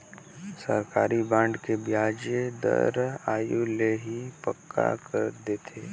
सरकारी बांड मन के बियाज दर आघु ले ही पक्का कर देथे